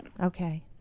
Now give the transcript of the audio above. Okay